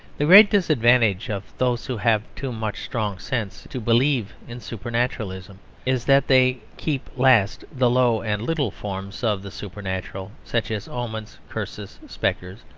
the great disadvantage of those who have too much strong sense to believe in supernaturalism is that they keep last the low and little forms of the supernatural, such as omens, curses, spectres,